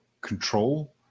control